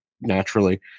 naturally